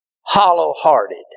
hollow-hearted